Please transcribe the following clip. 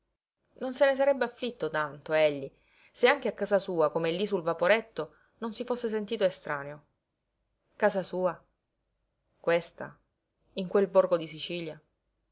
non se ne sarebbe afflitto tanto egli se anche a casa sua come lí sul vaporetto non si fosse sentito estraneo casa sua questa in quel borgo di sicilia